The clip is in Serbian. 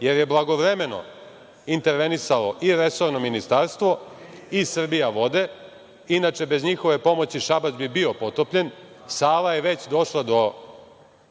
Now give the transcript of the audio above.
jer je blagovremeno intervenisalo i resorno ministarstvo i „Srbijavode“, bez njihove pomoći Šabac bi bio potopljen. Sava je već došla do